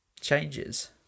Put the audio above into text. changes